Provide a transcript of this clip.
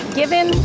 given